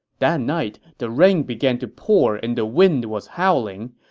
that night, the rain began to pour and the wind was howling.